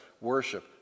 Worship